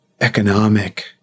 economic